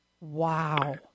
Wow